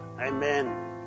Amen